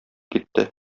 китте